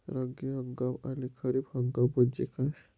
रब्बी हंगाम आणि खरीप हंगाम म्हणजे काय?